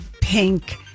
pink